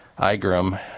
Igram